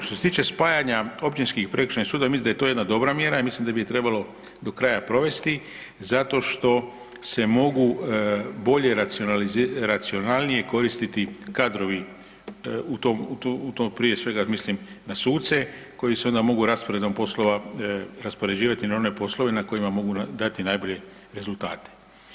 Što se tiče spajanja općinskih i prekršajnih sudova mislim da je to jedna dobra mjera i mislim da bi je trebalo do kraja provesti zato što se mogu bolje, racionalnije koristiti kadrovi u tom prije svega mislim na suce koji se onda mogu rasporedom poslova raspoređivati na one poslove na kojima mogu dati najbolje rezultate.